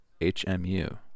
HMU